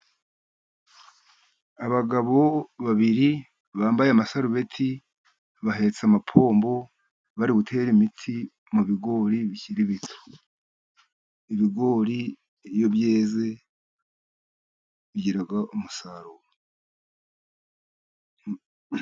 Abagabo babiri bambaye amasarubeti bahetse amapombo bari gutera imiti mu bigori bikiri bito. Ibigori iyo byeze bigira umusaruro.